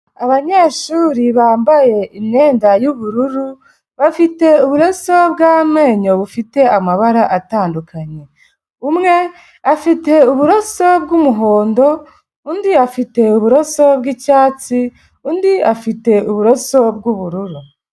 Abanyeshuri bambaye imyenda y'ubururu bafite uburaso bw'amenyo bufite amabara atandukanye, umwe afite uburoso bw'umuhondo, undi afite uburoso bw'icyatsi, undi afite uburoso bw'ubururu.